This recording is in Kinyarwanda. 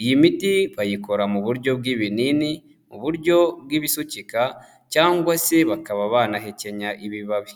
Iyi miti bayikora mu buryo bw'ibinini, mu buryo bw'ibisukika cyangwa se bakaba banahekenya ibibabi.